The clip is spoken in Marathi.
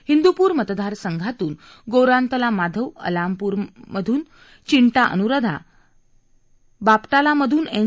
हिंदुपूर मतदारसंघातून गोरान्तला माधव अमालपूरम िशून चिंटा अनुराधा बापटालामधून एन